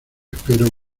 espero